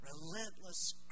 relentless